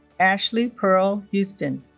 ashley pearl houston